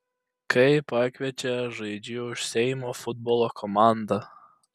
kai pakviečia žaidžiu už seimo futbolo komandą